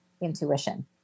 intuition